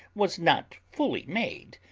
was not fully made,